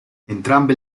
entrambe